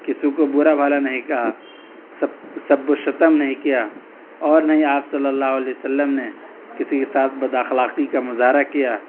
کسی کو برا بھلا نہیں کہا سب سب و شتم نہیں کیا اور نہ ہی آپ صلی اللّہ علیہ و سلّم نے کسی کے ساتھ بداخلاقی کا مظاہرہ کیا